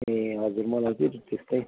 ए हजुर त्यही त मलाई त्यस्तै